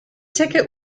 ticket